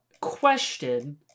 question